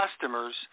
customers